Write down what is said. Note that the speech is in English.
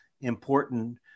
important